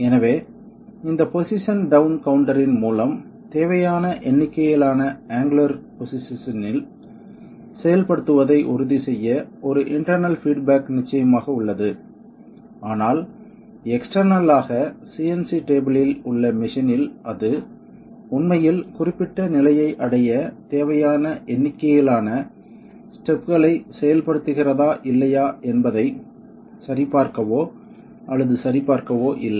எனவே இந்த position down கவுண்டரின் மூலம் தேவையான எண்ணிக்கையிலான ஆங்குலர் பொசிஷன் இல் செயல்படுத்துவதை உறுதிசெய்ய ஒரு இன்டெர்னல் பீட் பேக் நிச்சயமாக உள்ளது ஆனால் எக்ஸ்டெர்னல் ஆக சிஎன்சி டேபிளில் உள்ள மெசினில் அது உண்மையில் குறிப்பிட்ட நிலையை அடைய தேவையான எண்ணிக்கையிலான ஸ்டெப்களைச் செயல்படுத்துகிறதா இல்லையா என்பதைச் சரிபார்க்கவோ அல்லது சரிபார்க்கவோ இல்லை